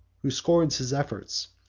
who scorns his efforts,